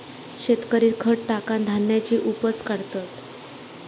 शेतकरी खत टाकान धान्याची उपज काढतत